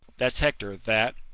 that's hector, that,